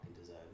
deserve